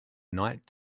night